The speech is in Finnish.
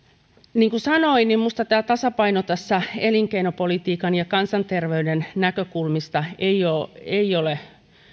niin kuin sanoin minusta tämä tasapaino elinkeinopolitiikan ja kansanterveyden näkökulmista ei ole